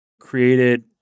created